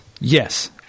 Yes